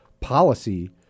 policy